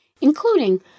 including